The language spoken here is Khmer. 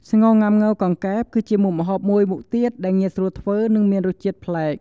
ស្ងោរងាំង៉ូវកង្កែប គឺជាមុខម្ហូបមួយមុខទៀតដែលងាយស្រួលធ្វើ និងមានរសជាតិប្លែក។